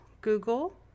Google